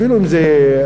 אפילו אם זה הנגיד,